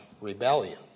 rebellion